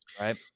right